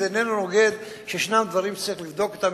וזה איננו נוגד שיש דברים שצריך לבדוק אותם,